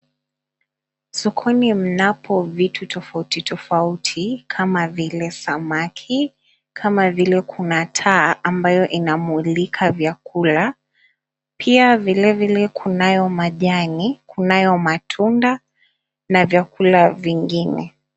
Sokoni mnapo vitu tofauti tofauti kama vile samaki, kama vile kuna taa ambayo inamulika vyakula, pia vilevile kunayo majani, kunayo matunda na vyakula vingine.